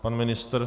Pan ministr?